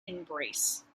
embrace